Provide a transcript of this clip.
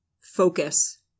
focus